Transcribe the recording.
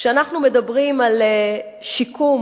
כשאנחנו מדברים על שיקום,